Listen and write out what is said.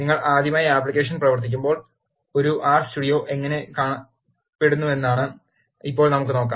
നിങ്ങൾ ആദ്യമായി ആപ്ലിക്കേഷൻ പ്രവർത്തിപ്പിക്കുമ്പോൾ ഒരു ആർ സ്റ്റുഡിയോ എങ്ങനെ കാണപ്പെടുന്നുവെന്ന് ഇപ്പോൾ നമുക്ക് നോക്കാം